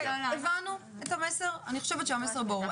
אני חושבת שהמסר ברור.